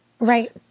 Right